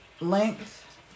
length